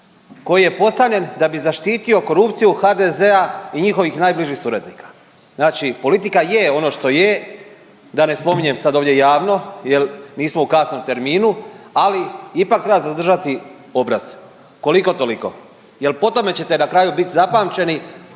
koji je postavljen da bi zaštitio korupciju HDZ-a i njihovih najbližih suradnika. Znači politika je ono što je, da ne spominjem sad ovdje javno jel nismo u kasnom terminu, ali ipak treba zadržati obraz koliko toliko jer po tome ćete biti na kraju zapamćeni,